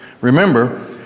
Remember